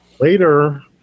Later